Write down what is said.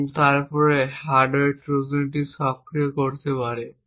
এবং তারপরে hardware Trojan সক্রিয় করতে পারে